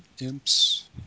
Imps